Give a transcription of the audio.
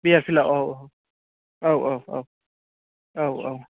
बियार पिलाव औ औ औ